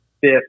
fifth